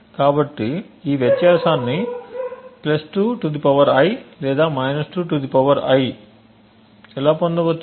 కాబట్టి ఈ వ్యత్యాసాన్ని 2 I లేదా 2 I ఎలా పొందవచ్చు